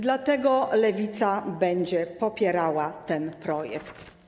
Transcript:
Dlatego Lewica będzie popierała ten projekt.